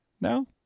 No